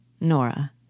Nora